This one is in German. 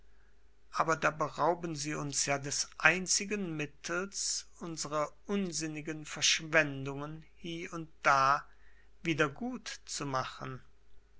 aber da berauben sie uns ja des einzigen mittels unsere unsinnigen verschwendungen hie und da